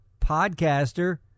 podcaster